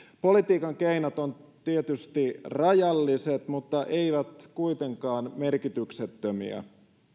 politiikan keinot ovat tietysti rajalliset mutta eivät kuitenkaan merkityksettömiä